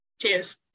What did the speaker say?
Cheers